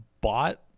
bought